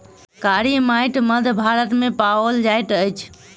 कारी माइट मध्य भारत मे पाओल जाइत अछि